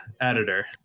editor